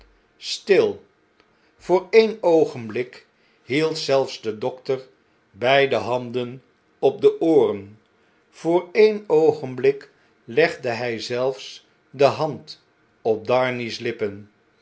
still voor een oogenblik hield zelfs de dokter beide handen op de ooren voor een oogenblik legde hij zelfs de hand op darnay's lippen